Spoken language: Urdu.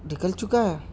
نکل چکا ہے